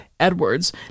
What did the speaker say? Edwards